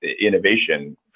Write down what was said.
innovation